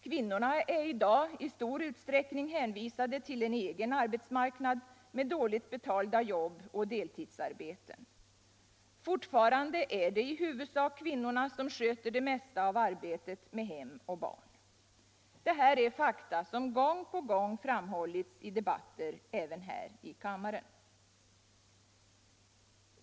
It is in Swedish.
Kvinnorna är i dag i stor utsträckning hänvisade till en egen arbetsmarknad med dåligt betalda jobb och deltidsarbete. Fortfarande är det i huvudsak kvinnorna som sköter det mesta av arbetet med hem och barn. Detta är fakta som gång på gång framhållits i debatter även här i kammaren.